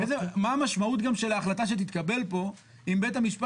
מה המשמעות גם של ההחלטה שתתקבל פה אם בית המשפט